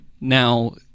Now